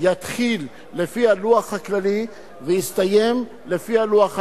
יתחיל לפי הלוח הכללי ויסתיים לפי הלוח העברי,